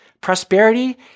prosperity